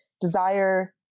desire